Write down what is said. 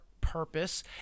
purpose